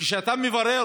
כשאתה מברר,